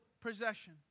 possession